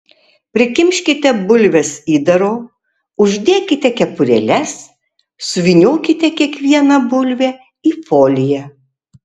prikimškite bulves įdaro uždėkite kepurėles suvyniokite kiekvieną bulvę į foliją